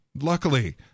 luckily